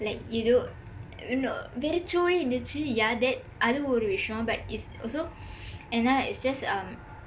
like you know you know வெரிச்சோடி இருந்துச்சு:verichsoodi irundthuchsu yah that அதுவும் ஒரு விஷயம்:athuvum oru vishayam but it's also என்னா:ennaa it's just um